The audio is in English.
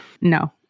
no